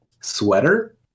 sweater